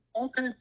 Okay